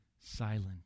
silent